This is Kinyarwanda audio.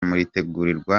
muritegurirwa